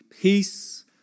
peace